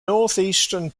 northeastern